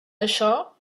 això